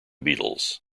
beatles